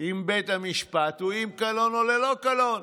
עם בית המשפט הוא עם קלון או ללא קלון.